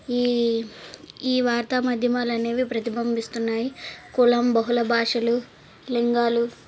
ఈ ఈ వార్త మధ్యమాలు అనేవి ప్రతిబింబిస్తున్నాయి కులం బహుళ భాషలు లింగాలు